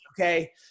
okay